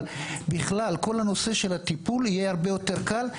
אבל בכלל, כל הנושא של הטיפול יהיה הרבה יותר קל.